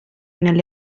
nelle